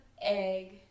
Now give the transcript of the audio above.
egg